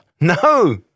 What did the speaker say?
No